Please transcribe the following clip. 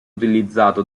utilizzato